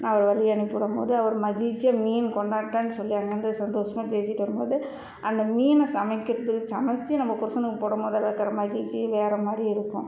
நான் அவரை வழி அனுப்பிவிடும்போது அவர் மகிழ்ச்சியா மீன் கொண்டாங்கத்தான்னு சொல்லி அங்கேயிர்ந்து சந்தோஷமா பேசிட்டு வரும்போது அந்த மீனை சமைக்கிறத்துக்கு சமைச்சு நம்ம புருஷனுக்கு போடும்போது அதில் இருக்கற மகிழ்ச்சி வேறு மாதிரி இருக்கும்